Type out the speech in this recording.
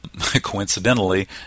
coincidentally